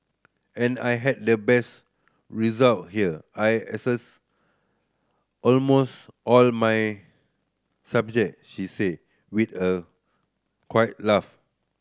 and I had the best result here I aced almost all my subject she say with a quiet laugh